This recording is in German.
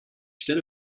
stelle